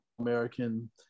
American